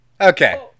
Okay